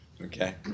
okay